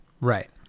Right